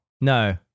No